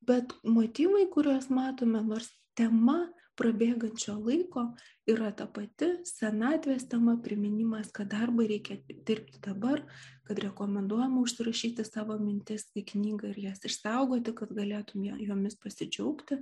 bet motyvai kuriuos matome nors tema prabėgančio laiko yra ta pati senatvės tema priminimas kad darbą reikia dirbti dabar kad rekomenduojama užsirašyti savo mintis į knygą ir jas išsaugoti kad galėtum ja jomis pasidžiaugti